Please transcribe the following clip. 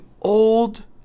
old